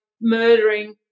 murdering